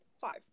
Five